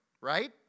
right